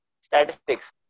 statistics